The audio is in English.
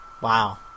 Wow